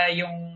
yung